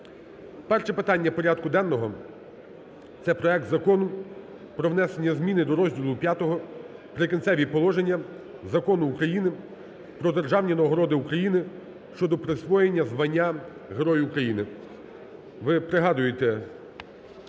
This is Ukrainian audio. Перше питання порядку денного це проект Закону про внесення зміни до розділу V "Прикінцеві положення" Закону України "Про державні нагороди України" щодо присвоєння звання Герой України. Ви пригадуєте,